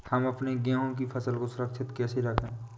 हम अपने गेहूँ की फसल को सुरक्षित कैसे रखें?